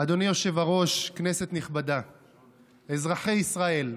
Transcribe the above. בדמוקרטיה הישראלית,